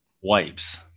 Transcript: wipes